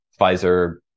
Pfizer